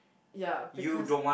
ya because